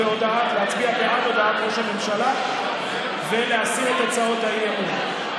להצביע בעד הודעת ראש הממשלה ולהסיר את הצעות האי-אמון.